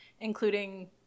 including